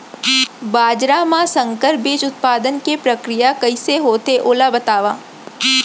बाजरा मा संकर बीज उत्पादन के प्रक्रिया कइसे होथे ओला बताव?